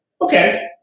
Okay